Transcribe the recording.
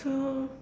so